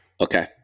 Okay